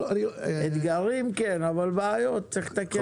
אתגרים כן, אבל בעיות צריך לתקן.